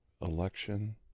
election